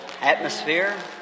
atmosphere